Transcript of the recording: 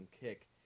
kick